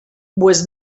was